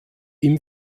ihm